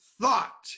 thought